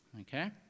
okay